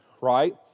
right